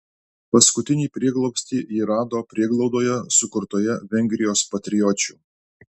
paskutinį prieglobstį ji rado prieglaudoje sukurtoje vengrijos patriočių